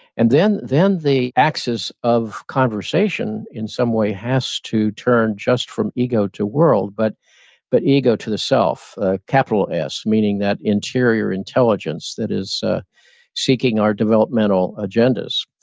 and then then the axis of conversation in some way has to turn just from ego to world, but but ego to the self a capital s meaning that interior intelligence that is seeking our developmental agendas.